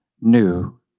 new